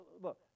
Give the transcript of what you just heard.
Look